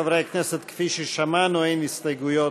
חברי הכנסת, כפי ששמענו, אין הסתייגויות